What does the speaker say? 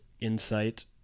Insight